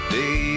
day